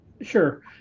Sure